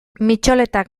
mitxoletak